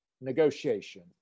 negotiation